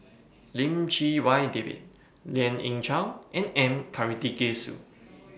Lim Chee Wai David Lien Ying Chow and M Karthigesu